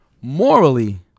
morally